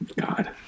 God